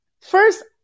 first